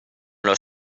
los